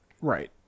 Right